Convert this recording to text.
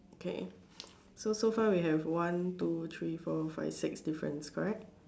okay so so far we have one two three four five six difference correct